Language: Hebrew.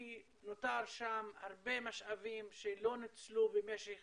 כי נותרו שם הרבה משאבים שלא נוצלו במשך